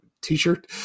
t-shirt